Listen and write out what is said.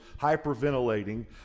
hyperventilating